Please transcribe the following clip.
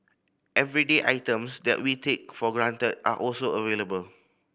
everyday items that we take for granted are also available